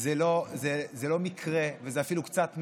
זה לא מקרה, וזה אפילו קצת מביש,